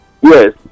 yes